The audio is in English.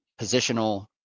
positional